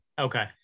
Okay